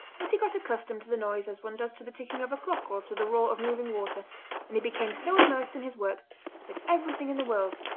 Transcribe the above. but he got accustomed to the noise as one does to the ticking of a clock or to the roar of moving water and he became so immersed in his work that everything in the world,